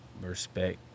respect